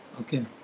Okay